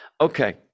Okay